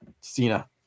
Cena